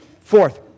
Fourth